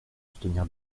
soutenir